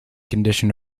condition